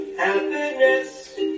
happiness